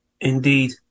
Indeed